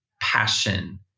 passion